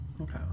Okay